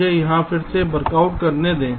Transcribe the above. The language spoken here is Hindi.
मुझे यहाँ फिर से वर्कआउट करने दो